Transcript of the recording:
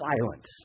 silence